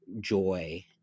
joy